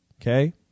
Okay